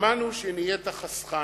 שמענו שנהיית חסכן.